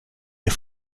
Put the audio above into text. ihr